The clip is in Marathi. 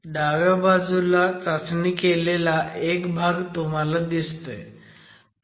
डाव्या बाजूला चाचणी केलेला एक भाग तुम्हाला दिसतोय